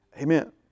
Amen